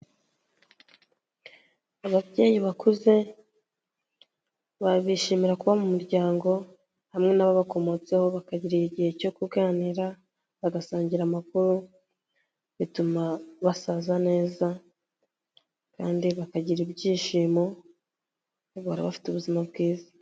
Ababyeyi bakuze ba bishimira kuba mu muryango, hamwe n'ababakomotseho bakagira igihe cyo kuganira, bagasangira amakuru, bituma basaza neza, kandi bakagira ibyishimo, bahora bafite ubuzima bwiza.